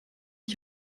ich